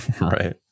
Right